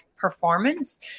performance